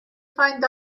find